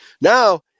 Now